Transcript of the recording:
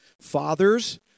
Fathers